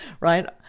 right